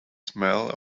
smell